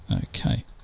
Okay